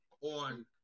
on